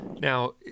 Now